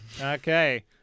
Okay